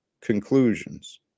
conclusions